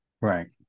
right